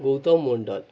Gautam Mondal